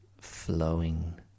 flowing